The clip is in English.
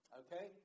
okay